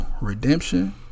Redemption